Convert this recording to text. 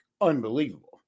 unbelievable